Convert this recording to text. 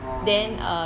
orh~